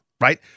right